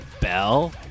bell